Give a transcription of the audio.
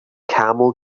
camel